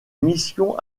mission